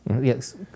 Yes